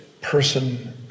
person